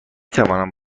توانم